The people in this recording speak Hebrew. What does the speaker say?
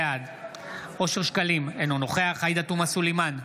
בעד אושר שקלים, אינו נוכח עאידה תומא סלימאן,